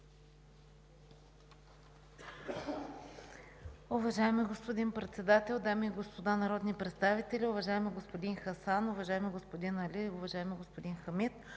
Уважаеми господин Председател, дами и господа народни представители, уважаеми господин Хасан, уважаеми господин Али, уважаеми господин Хамид!